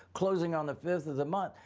closing on the fifth of the month,